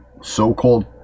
so-called